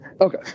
Okay